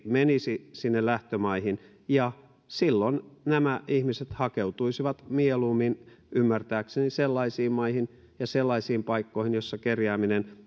menisi sinne lähtömaihin silloin nämä ihmiset hakeutuisivat mieluummin ymmärtääkseni sellaisiin maihin ja sellaisiin paikkoihin joissa kerjääminen